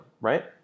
right